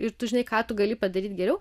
ir tu žinai ką tu gali padaryt geriau